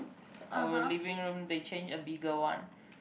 our living room they change a bigger one